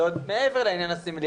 זה עוד מעבר לעניין הסמלי,